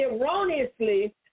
erroneously